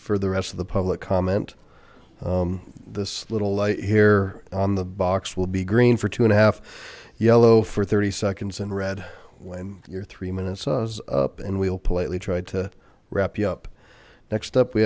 for the rest of the public comment this little light here on the box will be green for two and a half yellow for thirty seconds in red when you're three minutes on up and we'll politely try to wrap you up next up we